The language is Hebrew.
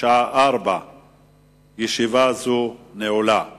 בשעה 16:00. ישיבה זו נעולה.